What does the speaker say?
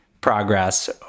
progress